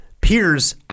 peers